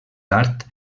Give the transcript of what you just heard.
tard